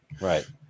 Right